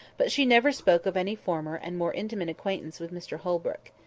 but she never spoke of any former and more intimate acquaintance with mr holbrook.